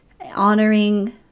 Honoring